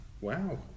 Wow